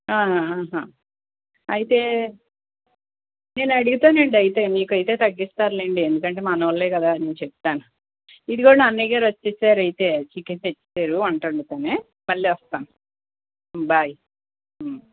ఆహా అయితే నేను అడుగుతాను అండి మీకైతే తగ్గిస్తారు లేండి ఎందుకంటే మన వాళ్ళే కదా నేను చెప్తాను ఇదిగోండి అన్నయ్య గారు వచ్చేసారు అయితే చికెన్ తెచ్చారు వంట వండుకొని మళ్ళీ వస్తాను బాయ్